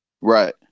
Right